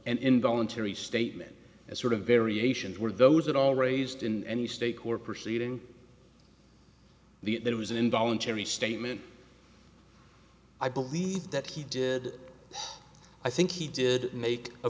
an involuntary statement as sort of variations were those that all raised in any state court proceeding the that was an involuntary statement i believe that he did i think he did make a